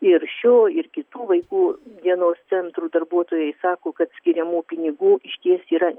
ir šio ir kitų vaikų dienos centrų darbuotojai sako kad skiriamų pinigų išties yra